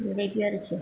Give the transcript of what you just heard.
बेबायदि आरोखि